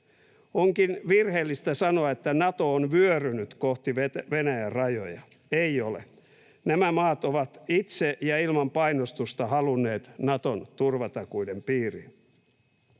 Onkin virheellistä sanoa, että Nato on vyörynyt kohti Venäjän rajoja — ei ole. Nämä maat ovat itse ja ilman painostusta halunneet Naton turvatakuiden piiriin.